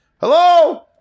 Hello